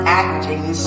acting